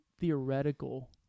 theoretical